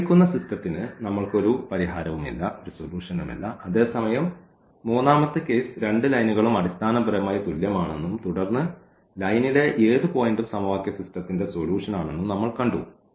അതിനാൽ തന്നിരിക്കുന്ന സിസ്റ്റത്തിന് നമ്മൾക്ക് ഒരു പരിഹാരവുമില്ല അതേസമയം മൂന്നാമത്തെ കേസ് രണ്ട് ലൈനുകളും അടിസ്ഥാനപരമായി തുല്യമാണെന്നും തുടർന്ന് ലൈനിലെ ഏത് പോയിന്റും സമവാക്യ സിസ്റ്റത്തിന്റെ സൊല്യൂഷൻ ആണെന്ന്നമ്മൾ കണ്ടു